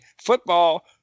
football